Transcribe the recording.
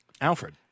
Alfred